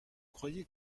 croyais